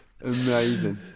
Amazing